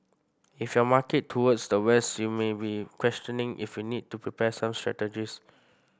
if your market towards the west you may be questioning if you need to prepare some strategies